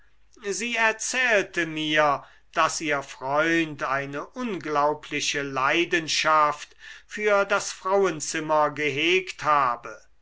sie erzählte mir daß ihr freund eine unglaubliche leidenschaft für das frauenzimmer gehegt habe